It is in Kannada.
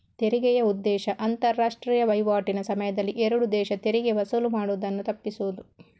ತೆರಿಗೆಯ ಉದ್ದೇಶ ಅಂತಾರಾಷ್ಟ್ರೀಯ ವೈವಾಟಿನ ಸಮಯದಲ್ಲಿ ಎರಡು ದೇಶ ತೆರಿಗೆ ವಸೂಲು ಮಾಡುದನ್ನ ತಪ್ಪಿಸುದು